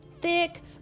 thick